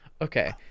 Okay